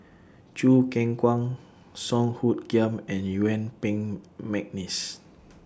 Choo Keng Kwang Song Hoot Kiam and Yuen Peng Mcneice